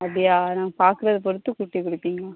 அப்படியா நான் பார்க்கறத பொறுத்து கூட்டிக்கொடுப்பீங்க